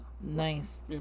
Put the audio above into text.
Nice